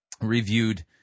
reviewed